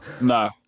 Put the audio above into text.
no